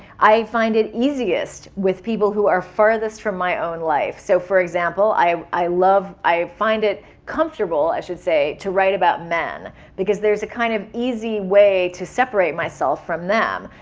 i find it easiest with people who are farthest from my own life. so for example, i i love, i find it comfortable i should say to write about men because there's an kind of easy way to separate myself from them.